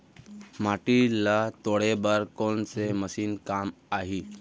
माटी ल तोड़े बर कोन से मशीन काम आही?